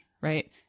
right